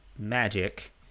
Magic